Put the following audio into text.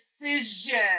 decision